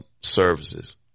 services